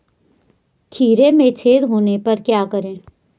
खीरे में छेद होने पर क्या करें?